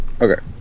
Okay